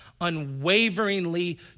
unwaveringly